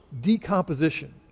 decomposition